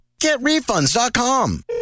GetRefunds.com